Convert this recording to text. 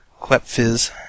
Klepfiz